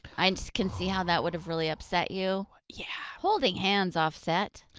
i just can see how that would really upset you. yeah holding hands off set?